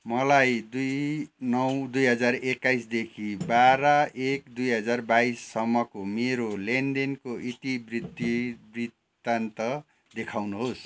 मलाई दुई नौ दुई हजार एक्काइसदेखि बाह्र एक दुई हजार बाइससम्मको मेरो लेनदेनको इतिवृत्ति वृतान्त देखाउनुहोस्